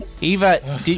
Eva